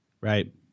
Right